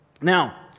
Now